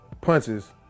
punches